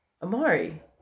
Amari